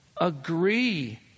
agree